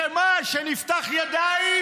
מה הבעיה, שמה, שנפתח ידיים?